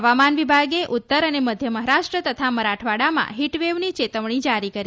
હવામાન વિભાગે ઉત્તર અને મધ્ય મહારાષ્ટ્ર તથા મરાઠવાડામાં હિટવેવની ચેતવણી જારી કરી છે